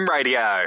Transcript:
Radio